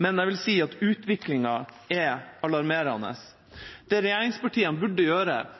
men jeg vil si at utviklingen er alarmerende. Det regjeringspartiene burde gjøre,